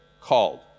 called